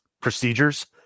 procedures